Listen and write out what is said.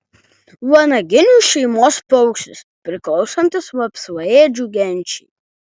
vanaginių šeimos paukštis priklausantis vapsvaėdžių genčiai